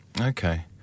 Okay